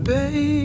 Baby